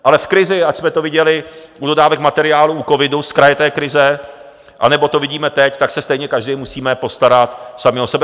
Ale v krizi, ať jsme to viděli u dodávek materiálu, u covidu zkraje té krize, anebo to vidíme teď, tak se stejně každý musíme postarat sami o sebe.